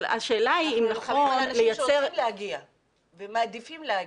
אנחנו מדברים על אנשים שרוצים להגיע ומעדיפים להגיע.